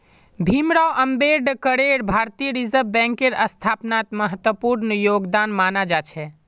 भीमराव अम्बेडकरेर भारतीय रिजर्ब बैंकेर स्थापनात महत्वपूर्ण योगदान माना जा छे